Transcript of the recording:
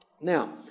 Now